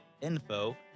info